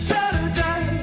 Saturday